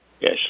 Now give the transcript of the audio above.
Yes